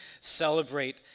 celebrate